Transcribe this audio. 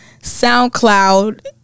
SoundCloud